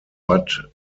bud